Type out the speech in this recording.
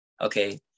okay